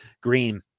green